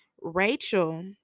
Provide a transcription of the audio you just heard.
Rachel